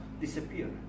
disappear